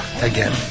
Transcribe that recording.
again